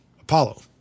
Apollo